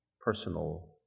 personal